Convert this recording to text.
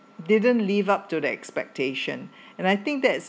didn't live up to that expectation and I think that's